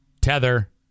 tether